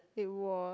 it was